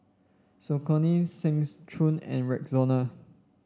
Saucony Seng Choon and Rexona